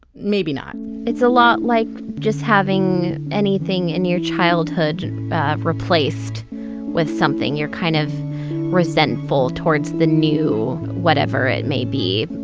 maybe not it's a lot like just having anything in your childhood replaced with something. you're kind of resentful towards the new whatever it may be